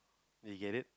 you get it